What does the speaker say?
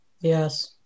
Yes